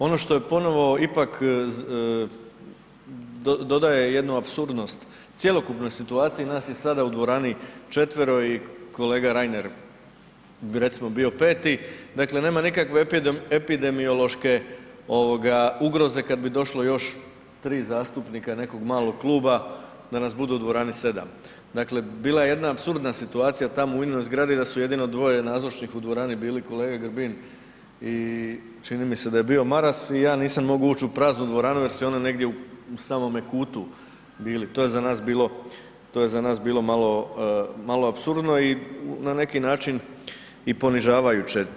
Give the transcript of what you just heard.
Ono što je ponovno ipak dodaje jednu apsurdnost cjelokupnoj situaciji, nas je sada u dvorani četvero i kolega Reiner bi recimo bio 5., dakle nema nikakve epidemiološke ugroze kad bi došlo još 3 zastupnika nekog malog kluba, da nas bude u dvorani 7. Dakle bila je jedna apsurdna situacija tamo u INA-inoj zgradi da su jedino dvoje nazočnih u dvorani bili kolege Grbin i čini mi se da je bio Maras i ja nisam mogao ući u praznu dvoranu jer se ono negdje u samome kutu bili, to je za nas bilo malo apsurdno i na neki način i ponižavajuće.